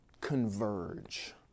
converge